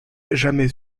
jamais